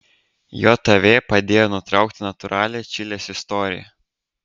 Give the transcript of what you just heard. jav padėjo nutraukti natūralią čilės istoriją